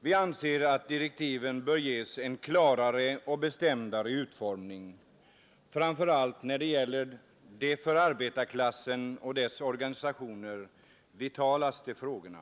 Vi anser att direktiven bör ges en klarare och bestämdare utformning, framför allt när det gäller de för arbetarklassen och dess organisationer vitalaste frågorna.